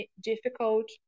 difficult